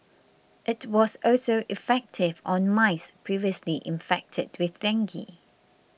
it was also effective on mice previously infected with dengue